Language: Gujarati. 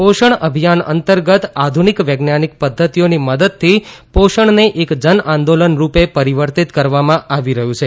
પોષણ અભિયાન અંતર્ગત આધુનિક વૈજ્ઞાનિક પદ્ધતિઓની મદદથી પોષણને એક જન આંદોલન રૂપે પરિવર્તિત કરવામાં આવી રહ્યું છે